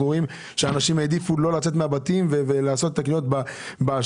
רואים שאנשים העדיפו לא לצאת מן הבתים ולעשות קניות באשראי.